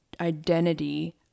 identity